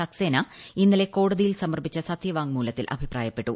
സക്സ്സേന ഇന്നലെ കോടതിയിൽ സമർപ്പിച്ച സത്യവാങ്മൂലത്തിൽ അഭിപ്രായപ്പെട്ടു